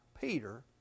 Peter